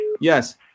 yes